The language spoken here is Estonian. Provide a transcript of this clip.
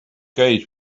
käis